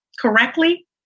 correctly